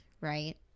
right